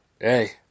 hey